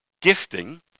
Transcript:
gifting